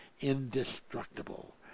indestructible